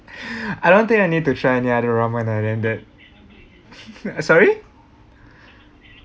I don't think I need to try any other ramen other than that sorry